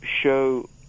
show